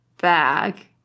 bag